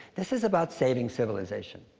this is about saving civilization.